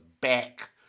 back